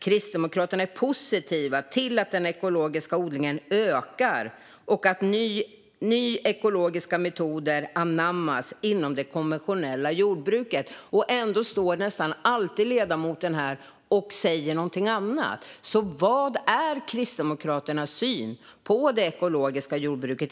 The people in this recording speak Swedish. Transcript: Kristdemokraterna är positiva till att den ekologiska odlingen ökar och att nya ekologiska metoder kan anammas inom det konventionella lantbruket." Ändå står ledamoten nästan alltid här och säger något annat. Vad är Kristdemokraternas syn på det ekologiska jordbruket?